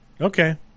Okay